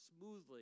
smoothly